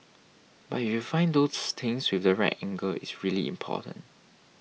but if you find those things with the right angle it's really important